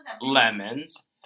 lemons